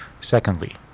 Secondly